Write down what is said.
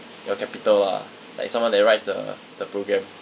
your capital lah like someone that writes the the programme